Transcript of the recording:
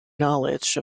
knowledge